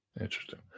Interesting